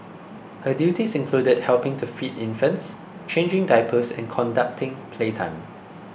her duties included helping to feed infants changing diapers and conducting playtime